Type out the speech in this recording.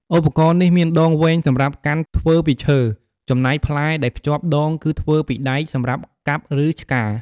ឧបករណ៍នេះមានដងវែងសម្រាប់កាន់ធ្វើពីឈើ ចំណែកផ្លែដែលភ្ជាប់ដងគឺធ្វើពីដែកសម្រាប់កាប់ឬឆ្ការ។